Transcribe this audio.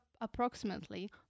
approximately